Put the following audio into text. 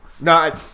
No